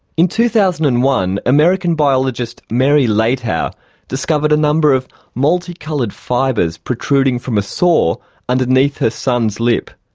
in two thousand and one american biologist mary leitao discovered a number of multi-coloured fibres protruding from a sore underneath her son's lip.